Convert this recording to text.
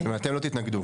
כלומר, אתם לא תתנגדו.